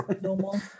normal